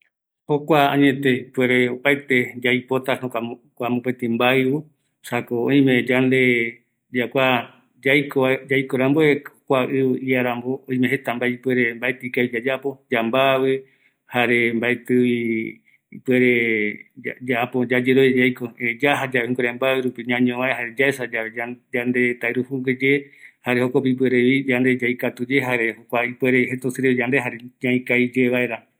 ﻿Jokua añete ipuere opaerte yaipota, jokua, kua mopeti mbaiu, esako oime yande, ya kua yaiko, yaiko ramboeve kua ivi iarambo, oime jeta ipuere mbaeti ikavi yayapo, yambavi, jare mbaetivi ipuere, ya äpo yayerovia yaiko, yaja yave jukurai mbaiu rupi ñañovae jare yaesa yave yande, yande tairujugueye, jare jokopevi, yande yaikatuye, jare jokua ipuere posirai yande jare oika iyevaera